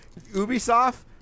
Ubisoft